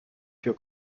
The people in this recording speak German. für